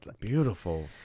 Beautiful